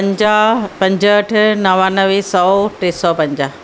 पंजाहु पंजहठि नवानवे सौ टे सौ पंजाहु